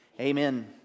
Amen